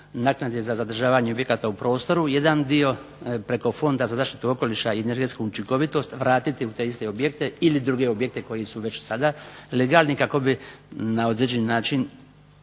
naknade za zadržavanje objekata u prostoru jedan dio preko Fonda za zaštitu okoliša i energetsku učinkovitost vratiti u te iste objekte ili druge objekte koji su već sada legalni kako bi na određeni način